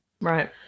Right